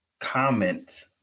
comment